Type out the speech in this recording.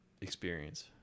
experience